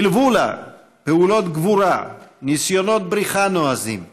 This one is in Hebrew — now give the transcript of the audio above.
נלוו לה פעולות גבורה, ניסיונות ברחה נועזים,